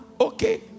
okay